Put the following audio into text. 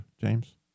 James